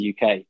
UK